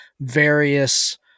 various